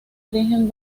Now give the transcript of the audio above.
origen